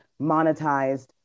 monetized